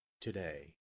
today